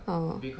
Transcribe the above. ah